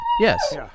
yes